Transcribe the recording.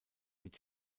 mit